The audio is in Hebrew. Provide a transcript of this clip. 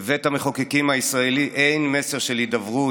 בבית המחוקקים הישראלי אין מסר של הידברות,